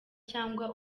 cyangwa